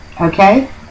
Okay